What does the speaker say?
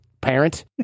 parent